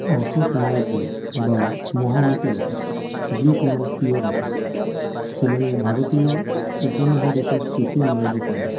অশোক মৌর্য বা মহামতি অশোক গ্রিক নাম পিওদাসেস ছিলেন ভারতীয় উপমহাদেশের তৃতীয় মৌর্য সম্রাট